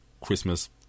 Christmas